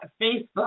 Facebook